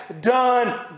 done